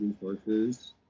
resources